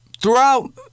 Throughout